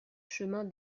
chemin